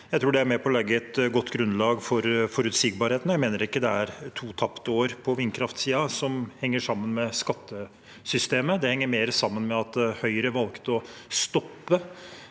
Jeg tror det er med på å legge et godt grunnlag for forutsigbarheten. Jeg mener ikke at to tapte år på vindkraftsiden henger sammen med skattesystemet. Det henger mer sammen med at Høyre valgte å stoppe